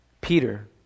Peter